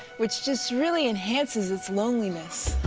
which just really enhances its loneliness.